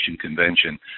Convention